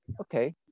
okay